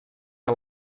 que